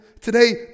Today